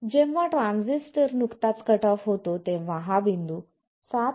तर जेव्हा ट्रांझिस्टर नुकताच कट ऑफ होतो तेव्हा हा बिंदू 7